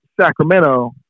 Sacramento